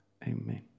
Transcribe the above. Amen